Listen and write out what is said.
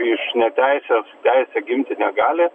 iš neteisės teisė gimti negali